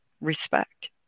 respect